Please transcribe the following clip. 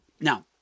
Now